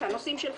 נושאים של חסינות,